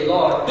Lord